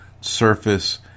surface